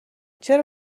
چرا